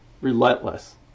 relentless